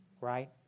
right